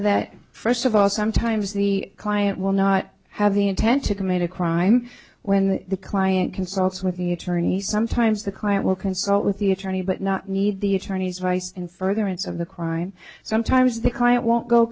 that first of all sometimes the client will not have the intent to commit a crime when the client consults with the attorney sometimes the client will consult with the attorney but not need the attorney's advice in furtherance of the crime sometimes the client won't go